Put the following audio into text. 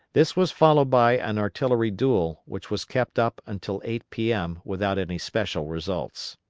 this was followed by an artillery duel, which was kept up until eight p m. without any special results.